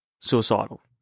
suicidal